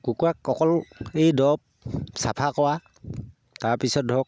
কুকুৰাক অকল এই দৰব চাফা কৰা তাৰপিছত ধৰক